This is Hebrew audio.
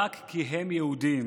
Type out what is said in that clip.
רק כי הם יהודים.